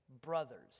brothers